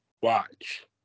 watch